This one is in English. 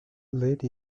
late